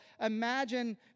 imagine